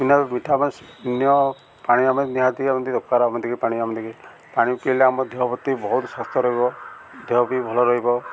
ମିଠା ପାଣି ଆମେ ନିହାତି ଏମିତି ଦରକାର ଏମିତି ପାଣି ଏମିତିକି ପାଣି ପିଇଲେ ଆମ ଦେହ ପ୍ରତି ବହୁତ ସ୍ଵାସ୍ଥ୍ୟ ରହିବ ଦେହ ବି ଭଲ ରହିବ